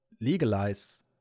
legalize